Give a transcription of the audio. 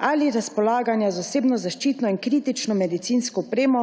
ali razpolaganja z osebno zaščitno in kritično medicinsko opremo